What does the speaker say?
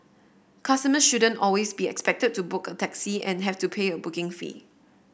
customer shouldn't always be expected to book a taxi and have to pay a booking fee